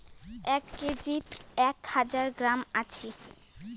এক কেজিত এক হাজার গ্রাম আছি